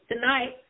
tonight